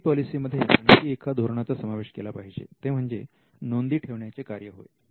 I P पॉलिसीमध्ये आणखी एका धोरणाचा समावेश केला पाहिजे ते म्हणजे नोंदी ठेवण्याचे कार्य होय